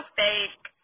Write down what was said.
fake